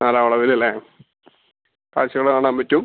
നാലാ വളവിലല്ലേ കാഴ്ചകൾ കാണാമ്പറ്റും